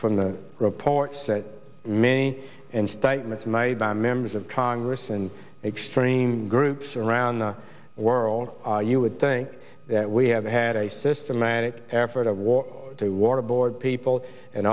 from the reports that many and statements made by members of congress and extreme groups around around the world you would think that we have had a systematic effort of war to waterboard people and